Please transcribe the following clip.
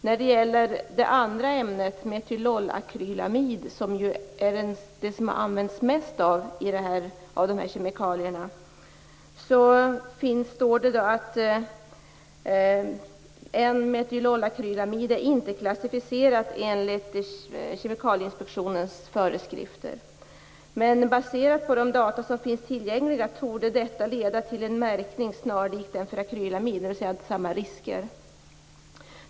När det gäller det andra ämnet, metylolakrylamid, som är det som använts mest av de här kemikalierna, står det att detta inte är klassificerat enligt Kemikalieinspektionens föreskrifter. Man menar att detta baserat på de data som finns tillgängliga torde leda till en märkning snarlik den för akrylamid, dvs. att ämnena medför samma risker.